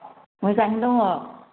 मोजाङै दङ